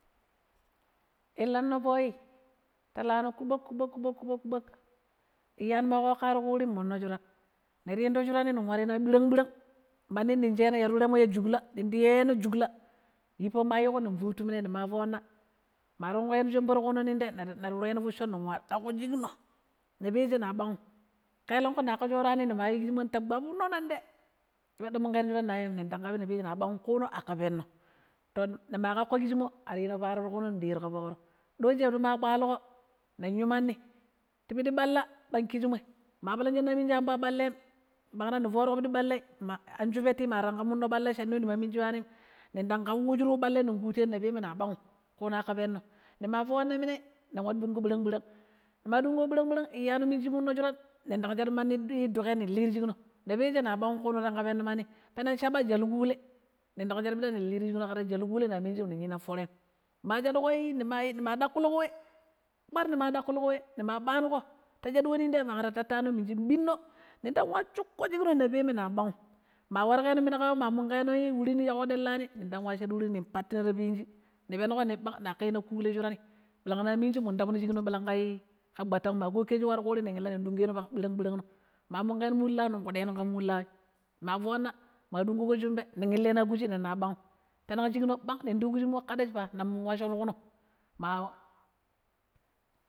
﻿Illano foii ta laano kuɓaƙ kuɓaƙ, kuɓaƙ iyamo ma ƙooko war ƙuuri nmonno shuraan, ni ta indo shurani ning wareno ya ɓirang-ɓirang, mandi ning sheno ya tureemo ya jugla nindi yiweno jugla yippa ma yiƙo ning fuutu minai ma tanƙo yino shumɓe tuƙuno nong te nda ruweno fuɗushon ning wa ƙpacco shiƙno na peje na bang'um kelengƙu neƙo shorani nima yu kijimom ta gɓapno nong te sheɗɗe munƙeno shuran na yum ning dang ƙabi na peje na ɓangium ƙuuno aƙa ta penno, to nima ƙaƙƙo kijimo ari yino faro nong tem, nɗero ƙa foƙro, doji ya piɗi ma ƙpaliƙo ning yu mandi ti fuɗi ɓalla pang kishmoi ma palang shinna minji ambon ya ɓallem ɓaara ni fooruƙo pidi ɓellei anshupetti ma tanƙo munno ɓalla nima minji ywanim ning dang kawujuru wu ɓallei nin ƙuteno na peme na ɓang'um ƙuno aƙa penno, nima foona minei nin wattu ɗungƙo ɓirang ɓirang, nima ɗunguƙo ɓirang ɓirang iyano minji monno shuran nindang shaɗu mandi duƙai ning lii ti shikno na peshe na ɓang'um ƙuno tanƙo pennọ mandi peneng shaaɓa jwal kule nindang shaɗu piɗa ning li ti shikno ƙaɗech jwal kule na minji ning yina fooroim, ma shaɗuƙoi nimaii nima daƙulƙo we kpar nima daƙƙulƙo we nima ɓanuƙo ta shaɗu we nong te ɓagra tattano minji ɓinno ninwa shuƙƙo shiƙno na peme na ɓang'um, ma warƙenon mina anƙawang ma munƙeno wuri shinna ta dellani nindang wa shaaɗu wurini ning pattina tapii inji nipennuƙo ni ɓang niƙai yi kulle shurani ɓirang na minji mun tapno shikno mandi ƙa gɓatamum ma kokeju warkuuri nin illina nin ɗunƙeno pang ɓirang-ɓirangno, ma munƙeno muli laau ning ƙuɗenon ƙa muliilaawi ma foona ma ɗunguƙo shumɓe ning illeno ya kuji nanna ɓang'um peneng shikno ɓang ni ta yu kujimo ƙaɗech nammum wossho tabuno shikno.